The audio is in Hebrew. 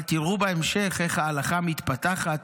אבל תראו בהמשך איך ההלכה מתפתחת,